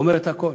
אומרת הכול.